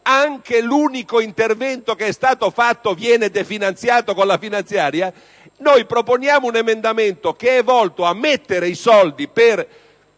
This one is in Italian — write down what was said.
anche l'unico intervento che è stato fatto viene definanziato con la finanziaria. Noi proponiamo un emendamento che è volto a prevedere le risorse per